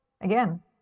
again